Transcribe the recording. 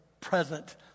present